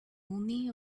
only